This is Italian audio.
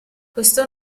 questo